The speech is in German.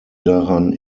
daran